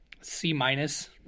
C-minus